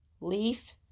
leaf